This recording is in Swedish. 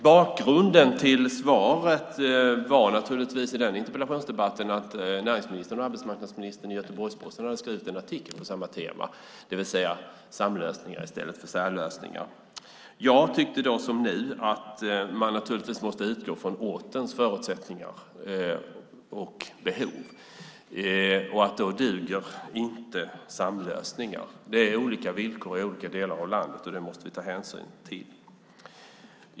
Bakgrunden till svaret i den interpellationsdebatten var naturligtvis att näringsministern och arbetsmarknadsministern hade skrivit en artikel på samma tema i Göteborgs-Posten, det vill säga samlösningar i stället för särlösningar. Jag tyckte då, som nu, att man naturligtvis måste utgå från ortens förutsättningar och behov. Då duger inte samlösningar. Det är olika villkor i olika delar av landet, och det måste vi ta hänsyn till.